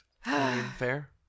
fair